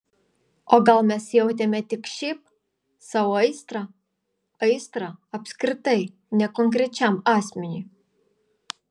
o gal mes jautėme tik šiaip sau aistrą aistrą apskritai ne konkrečiam asmeniui